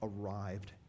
arrived